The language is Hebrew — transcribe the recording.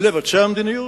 לבצע מדיניות,